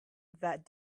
that